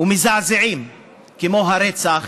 ומזעזעים כמו הרצח